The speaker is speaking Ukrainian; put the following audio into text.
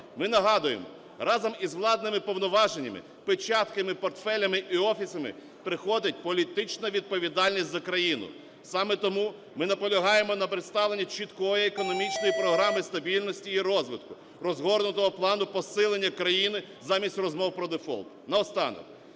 Ми нагадуємо, разом із владними повноваженнями, печатками, портфелями і офісами приходить політична відповідальність за країну. Саме тому ми наполягаємо на представленні чіткої економічної програми стабільності і розвитку, розгорнутого плану посилення країни замість розмов про дефолт.